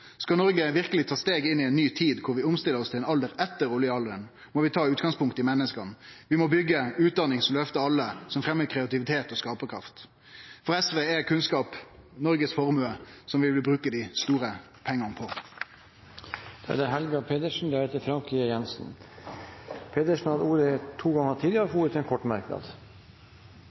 Skal Noreg verkeleg ta steget inn i ei ny tid, der vi omstiller oss til ein alder etter oljealderen, må vi ta utgangspunkt i menneska. Vi må byggje utdanning som løfter alle, som fremjar kreativitet og skaparkraft. For SV er kunnskap Noregs formue, som vi vil bruke dei store pengane på. Representanten Helga Pedersen har hatt ordet to ganger tidligere og får ordet til en kort merknad,